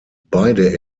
beide